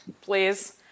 Please